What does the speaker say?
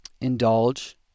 indulge